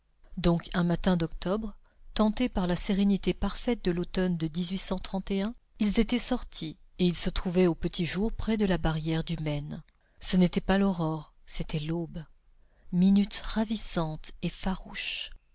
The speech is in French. donc un matin d'octobre tentés par la sérénité parfaite de l'automne de ils étaient sortis et ils se trouvaient au petit jour près de la barrière du maine ce n'était pas l'aurore c'était l'aube minute ravissante et farouche